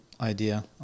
idea